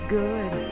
good